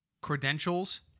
Credentials